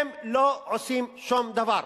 הם לא עושים שום דבר.